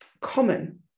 common